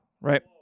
right